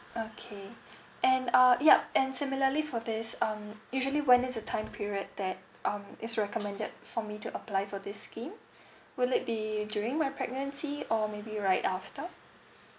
okay and uh yup and similarly for this um usually when is the time period that um it's recommended for me to apply for this scheme will it be during my pregnancy or maybe right after